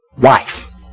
wife